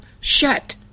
shut